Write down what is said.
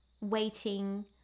waiting